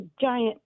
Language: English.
giant